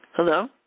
Hello